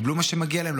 קיבלו מה שמגיע להם,